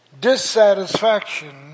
dissatisfaction